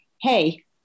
hey